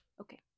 Okay